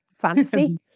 fancy